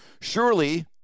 surely